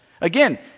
Again